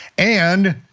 and,